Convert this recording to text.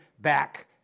back